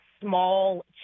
small